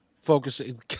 focusing